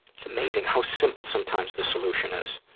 it's amazing how simple sometimes the solution is.